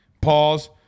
Pause